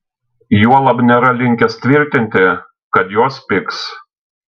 juolab nėra linkęs tvirtinti kad jos pigs